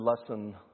lesson